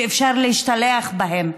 שאפשר להשתלח בהם,